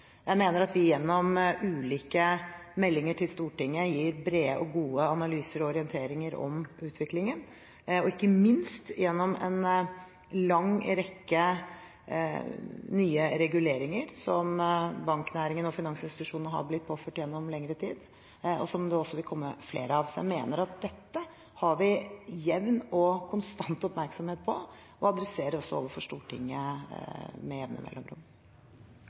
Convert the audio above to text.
Jeg mener at vi gjennom ulike meldinger til Stortinget gir brede og gode analyser og orienteringer om utviklingen, ikke minst gjennom en lang rekke nye reguleringer som banknæringen og finansinstitusjonene har blitt påført gjennom lengre tid, og som det også vil komme flere av. Så jeg mener at dette har vi jevn og konstant oppmerksomhet på, og vi adresserer det også overfor Stortinget med jevne mellomrom.